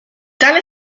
tale